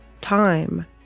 time